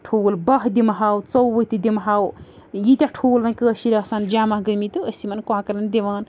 ٹھوٗل باہ دِمہٕ ہاو ژوٚوُہ تہِ دِمہٕ ہَاو ییٖتیٛاہ ٹھوٗل وۄنۍ کٲشِرۍ آسان جمع گٔمِتی تہٕ أسۍ یِمَن کۄکرَن دِوان